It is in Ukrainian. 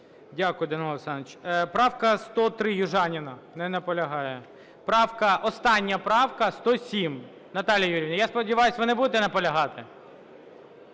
Дякую, Данило Олександрович. Правка 103, Южаніна. Не наполягає. Правка... Остання правка 107. Наталія Юріївна, я сподіваюсь, ви не будете наполягати?